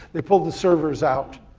they pulled the servers out,